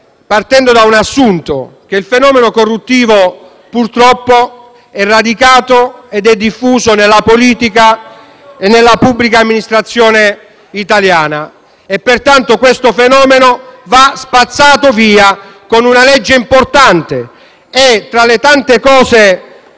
partendo da un assunto: il fenomeno corruttivo, purtroppo, è radicato ed è diffuso nella politica e nella pubblica amministrazione italiana. Pertanto è un fenomeno che va spazzato via con una legge importante. Tra le tante cose